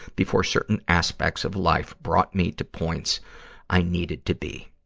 before certain aspects of life brought me to points i needed to be.